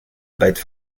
bête